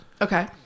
Okay